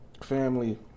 family